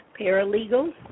Paralegal